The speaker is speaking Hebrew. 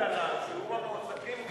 לא האבטלה, שיעור המועסקים גדל.